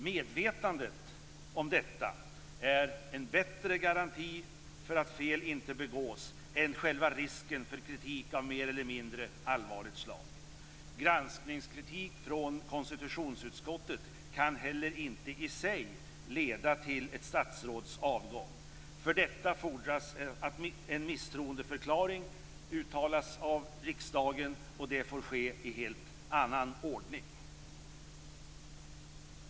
Medvetandet om detta är en bättre garanti för att fel inte begås än själva risken för kritik av mer eller mindre allvarligt slag. Granskningskritik från konstitutionsutskottet kan heller inte i sig leda till ett statsråds avgång. För detta fordras att en misstroendeförklaring uttalas av riksdagen, och det får ske i helt annan ordning.